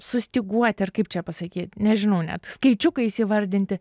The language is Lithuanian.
sustyguoti ar kaip čia pasakyt nežinau net skaičiukais įvardinti